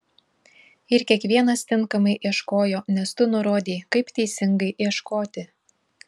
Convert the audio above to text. ir kiekvienas tinkamai ieškojo nes tu nurodei kaip teisingai ieškoti